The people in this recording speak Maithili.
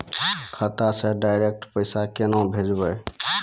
खाता से डायरेक्ट पैसा केना भेजबै?